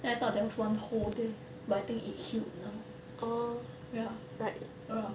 then I thought that was one hole there but I think it healed now ya ya